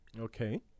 Okay